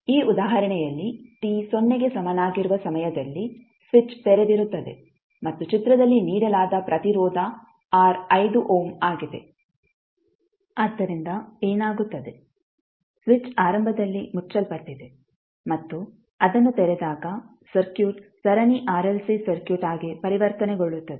ಈ ಉದಾಹರಣೆಯಲ್ಲಿ t ಸೊನ್ನೆಗೆ ಸಮನಾಗಿರುವ ಸಮಯದಲ್ಲಿ ಸ್ವಿಚ್ ತೆರೆದಿರುತ್ತದೆ ಮತ್ತು ಚಿತ್ರದಲ್ಲಿ ನೀಡಲಾದ ಪ್ರತಿರೋಧ R 5 ಓಮ್ ಆಗಿದೆ ಆದ್ದರಿಂದ ಏನಾಗುತ್ತದೆ ಸ್ವಿಚ್ ಆರಂಭದಲ್ಲಿ ಮುಚ್ಚಲ್ಪಟ್ಟಿದೆ ಮತ್ತು ಅದನ್ನು ತೆರೆದಾಗ ಸರ್ಕ್ಯೂಟ್ ಸರಣಿ ಆರ್ಎಲ್ಸಿ ಸರ್ಕ್ಯೂಟ್ ಆಗಿ ಪರಿವರ್ತನೆಗೊಳ್ಳುತ್ತದೆ